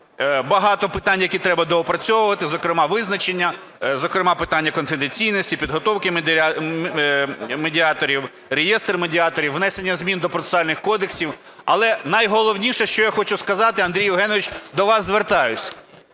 багато питань, які треба доопрацьовувати, зокрема визначення, зокрема питання конфіденційності, підготовки медіаторів, реєстр медіаторів, внесення змін до процесуальних кодексів. Але найголовніше, що я хочу сказати, Андрій Євгенович, до вас звертаюся.